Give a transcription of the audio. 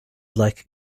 like